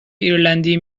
ایرلندی